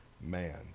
man